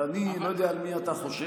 אני לא יודע על מי אתה חושב,